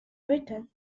britain